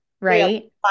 Right